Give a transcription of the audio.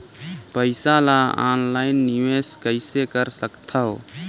पईसा ल ऑनलाइन निवेश कइसे कर सकथव?